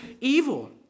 evil